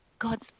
God's